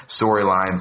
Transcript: storylines